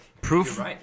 Proof